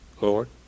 Lord